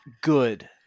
good